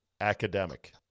academic